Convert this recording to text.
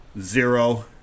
zero